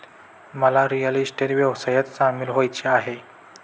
मला real estate व्यवसायात सामील व्हायचे आहे